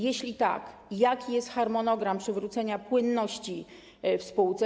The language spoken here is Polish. Jeśli tak, jaki jest harmonogram przywrócenia płynności spółki?